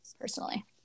personally